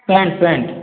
pant pant